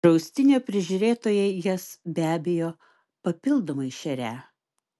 draustinio prižiūrėtojai jas be abejo papildomai šerią